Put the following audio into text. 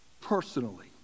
Personally